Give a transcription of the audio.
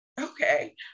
okay